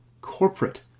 corporate